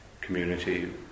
community